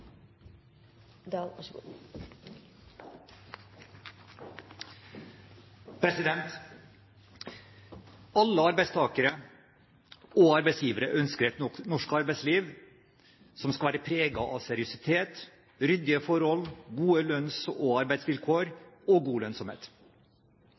Alle arbeidstagere og arbeidsgivere ønsker et norsk arbeidsliv som skal være preget av seriøsitet, ryddige forhold, gode lønns- og arbeidsvilkår